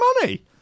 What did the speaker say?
money